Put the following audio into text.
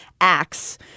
acts